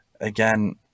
again